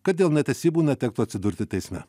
kad dėl netesybų netektų atsidurti teisme